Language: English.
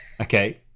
Okay